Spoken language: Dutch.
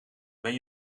ben